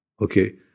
Okay